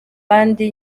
bandi